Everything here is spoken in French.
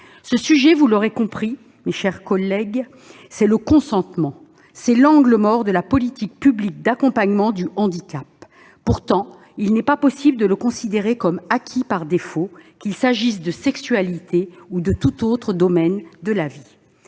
Ce sujet, vous l'aurez compris, mes chers collègues, c'est le consentement, qui est « l'angle mort » de la politique publique d'accompagnement du handicap. Pourtant, il n'est pas possible de le considérer comme « acquis par défaut », qu'il s'agisse de sexualité ou de tout autre domaine de la vie.